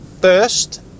first